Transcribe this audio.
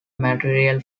material